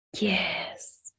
Yes